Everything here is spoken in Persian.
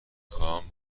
خواهم